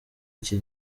iki